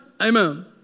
Amen